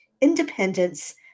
independence